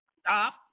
stop